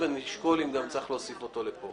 ונשקול אם צריך להוסיף אותו לכאן.